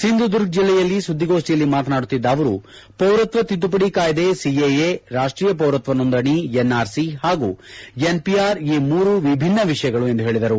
ಸಿಂಧುದುರ್ಗ್ ಜಿಲ್ಲೆಯಲ್ಲಿ ಸುದ್ದಿಗೋಷ್ಷಿಯಲ್ಲಿ ಮಾತನಾಡುತ್ತಿದ್ದ ಅವರು ಪೌರತ್ವ ತಿದ್ದುಪಡಿ ಕಾಯ್ವೆ ಸಿಎಎ ರಾಷ್ಷೀಯ ಪೌರತ್ವ ನೋಂದಣಿ ಎನ್ಆರ್ಸಿ ಹಾಗೂ ಎನ್ಪಿಆರ್ ಈ ಮೂರು ವಿಭಿನ್ನ ವಿಷಯಗಳು ಎಂದು ಹೇಳಿದರು